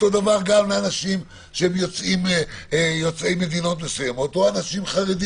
אותו דבר גם עם אנשים יוצאי מדינות מסוימות או עם חרדים,